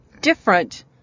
different